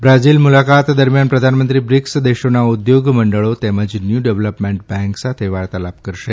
Brazil મુલાકાત દરમિયાન પ્રધાનમંત્રી બ્રિકસ દેશોના ઉદ્યોગ મંડળો તેમજ ન્યુ ડેવલપ્મેન્ટ બેંક સાથે વાર્તાલાપ કરશે